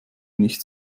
nicht